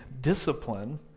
discipline